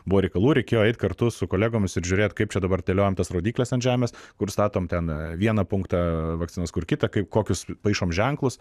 buvo reikalų reikėjo eit kartu su kolegomis ir žiūrėt kaip čia dabar dėliojam tas rodykles ant žemės kur statome ten vieną punktą vakcinos kur kitą kaip kokius paišom ženklus